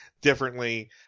differently